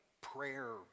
prayer